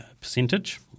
percentage